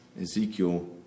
Ezekiel